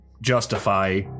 justify